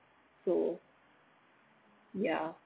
so ya